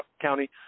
County